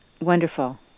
Wonderful